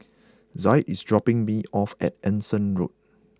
Zaid is dropping me off at Anson Road